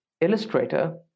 illustrator